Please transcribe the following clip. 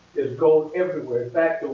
gold everywhere. in fact,